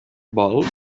vols